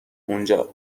اونجا